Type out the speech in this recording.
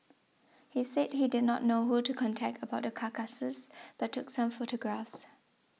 he said he did not know who to contact about the carcasses but took some photographs